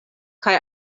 kaj